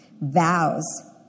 Vows